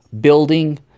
building